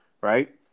right